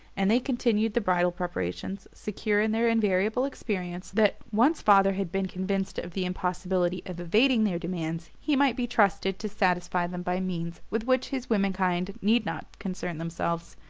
and they continued the bridal preparations, secure in their invariable experience that, once father had been convinced of the impossibility of evading their demands, he might be trusted to satisfy them by means with which his womenkind need not concern themselves.